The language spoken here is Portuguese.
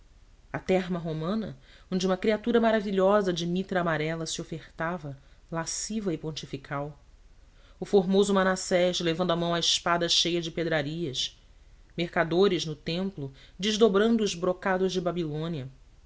a terma romana onde uma criatura maravilhosa de mitra amarela se ofertava lasciva e pontifical o formoso manassés levando a mão à espada cheia de pedrarias mercadores no templo desdobrando os brocados de babilônia